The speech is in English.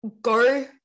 go